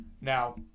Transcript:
Now